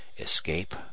escape